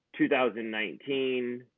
2019